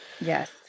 Yes